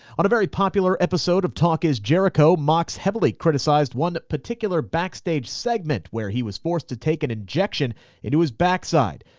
on a very popular episode of talk is jericho, mox heavily criticized one particular backstage segment where he was forced to take an injection into his backside.